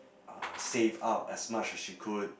save up as much as she could